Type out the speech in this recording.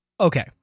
Okay